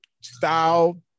style